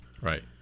Right